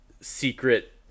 secret